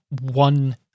one